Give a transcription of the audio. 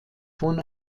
von